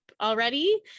already